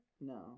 no